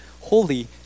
holy